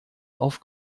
auf